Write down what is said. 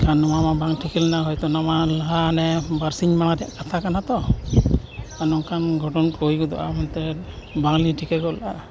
ᱟᱨ ᱱᱚᱣᱟ ᱢᱟ ᱵᱟᱝ ᱴᱷᱤᱠᱟᱹ ᱞᱮᱱᱟ ᱦᱚᱭᱛᱳ ᱱᱚᱣᱟ ᱞᱟᱦᱟ ᱦᱟᱱᱮ ᱵᱟᱨᱥᱤᱧ ᱢᱟᱲᱟᱝ ᱨᱮᱭᱟᱜ ᱠᱟᱛᱷᱟ ᱠᱟᱱᱟ ᱛᱚ ᱟᱫᱚ ᱱᱚᱝᱠᱟᱱ ᱜᱷᱚᱴᱚᱱ ᱠᱚ ᱦᱩᱭ ᱜᱚᱫᱚᱜᱼᱟ ᱢᱮᱱᱛᱮ ᱵᱟᱝᱞᱤᱧ ᱴᱷᱤᱠᱟᱹ ᱜᱚᱫ ᱠᱟᱜᱼᱟ